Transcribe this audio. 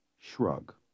shrug